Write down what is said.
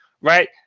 Right